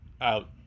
out